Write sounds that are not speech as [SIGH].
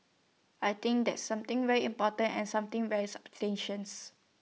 I think that's something very important and something very substantial [UNINTELLIGIBLE]